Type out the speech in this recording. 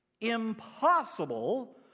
impossible